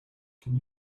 can